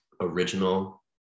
original